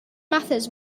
matters